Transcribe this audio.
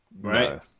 right